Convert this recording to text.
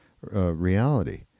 reality